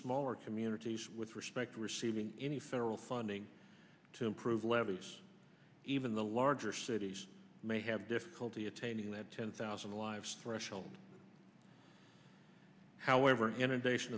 smaller communities with respect to receiving any federal funding to improve levees even the larger cities may have difficulty attaining that ten thousand lives threshold however inundation